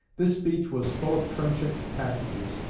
this speech was full of trenchant passages,